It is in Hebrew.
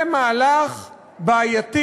זה מהלך בעייתי,